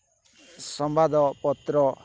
ସମ୍ବାଦପତ୍ର